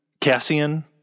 Cassian